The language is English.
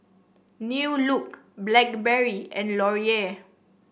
New Look Blackberry and Laurier